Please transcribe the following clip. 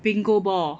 bingo ball